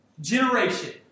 generation